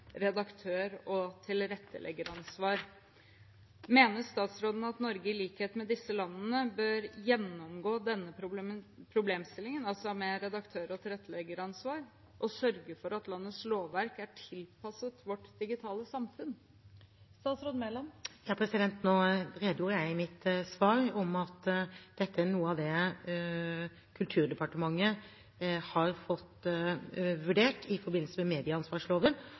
disse landene, bør gjennomgå denne problemstillingen, altså med redaktør- og tilretteleggeransvar, og sørge for at landets lovverk er tilpasset vårt digitale samfunn? Nå redegjorde jeg i mitt svar for at dette er noe av det Kulturdepartementet har fått vurdert i forbindelse med medieansvarsloven,